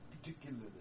particularly